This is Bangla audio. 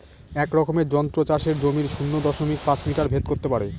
এক রকমের যন্ত্র চাষের জমির শূন্য দশমিক পাঁচ মিটার ভেদ করত পারে